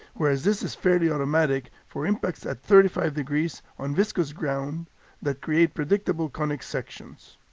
whereas this is fairly automatic for impacts at thirty five degrees on viscous ground that create predictable conic sections.